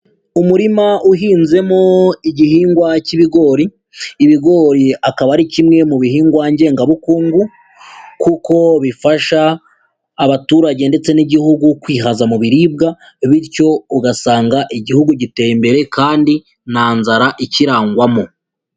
Umurima uhinzemo igihingwa cy'ibigori, ibigori akaba ari kimwe mu bihingwa ngengabukungu kuko bifasha abaturage ndetse n'igihugu kwihaza mu biribwa, bityo ugasanga igihugu giteye imbere kandi nta nzara ikirangwamo.